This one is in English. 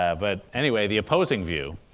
ah but anyway, the opposing view,